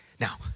Now